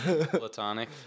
platonic